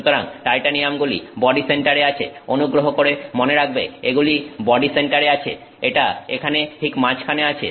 সুতরাং টাইটানিয়ামগুলি body centre এ আছে অনুগ্রহ করে মনে রাখবে এগুলি বডি সেন্টারে আছে এটা এখানে ঠিক মাঝখানে আছে